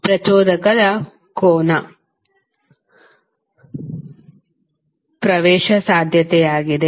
ಪ್ರಚೋದಕದ ಕೋರ್ನ ಪ್ರವೇಶ ಸಾಧ್ಯತೆಯಾಗಿದೆ